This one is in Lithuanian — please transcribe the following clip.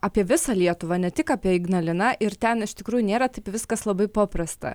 apie visą lietuvą ne tik apie ignaliną ir ten iš tikrųjų nėra taip viskas labai paprasta